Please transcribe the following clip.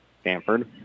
Stanford